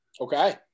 okay